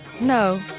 No